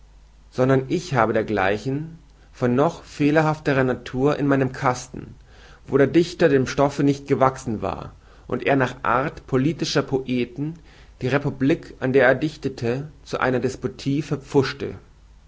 sondern ich habe dergleichen von noch fehlerhafterer natur in meinem kasten wo der dichter dem stoffe nicht gewachsen war und er nach art politischer poeten die republik an der er dichtete zu einer despotie